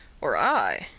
or i?